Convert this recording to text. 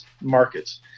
markets